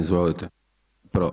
Izvolite.